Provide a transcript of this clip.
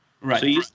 right